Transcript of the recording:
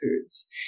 foods